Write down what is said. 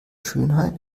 schönheit